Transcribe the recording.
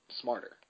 smarter